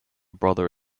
brother